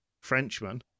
Frenchman